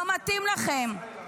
לא מתאים לכם.